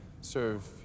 serve